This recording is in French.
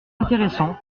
intéressant